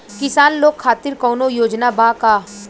किसान लोग खातिर कौनों योजना बा का?